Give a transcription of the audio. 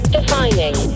Defining